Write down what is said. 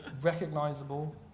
Recognizable